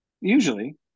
Usually